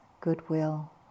goodwill